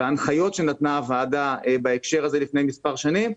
בהנחיות שנתנה הוועדה בהקשר הזה לפני מספר שנים.